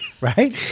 Right